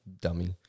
dummy